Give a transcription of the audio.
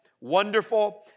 Wonderful